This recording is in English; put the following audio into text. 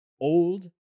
Old